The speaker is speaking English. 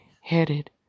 headed